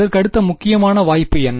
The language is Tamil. அதற்கடுத்த முக்கியமான வாய்ப்பு என்ன